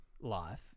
life